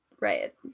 right